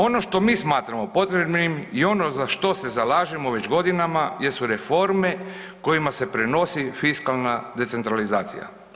Ono što mi smatramo potrebnim i ono za što se zalažemo već godinama jesu reforme kojima se prenosi fiskalna decentralizacija.